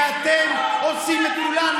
ואתם עושים לכולנו,